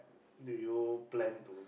do you plan to